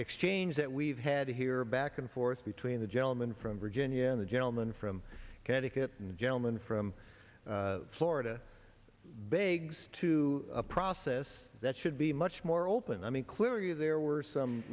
exchange that we've had here back and forth between the gentleman from virginia and the gentleman from connecticut the gentleman from florida begs to a process that should be much more open i mean clearly there were some